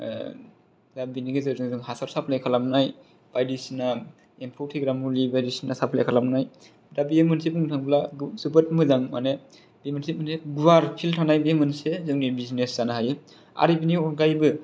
दा बेनि गेजेरजों जों हासार साफ्लाय खालामनाय बायदिसिना एम्फौ थैग्रा मुलि बायदिसिना साफ्लाय खालामनाय दा बेयो मोनसे बुंनो थाङोब्ला जोबोद मोजां माने बे मोनसे माने गुवार फिल्द थानाय बे मोनसे जोंनि बिजिनेस जानो हायो आरो बेनि अनगायैबो